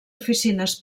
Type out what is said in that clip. oficines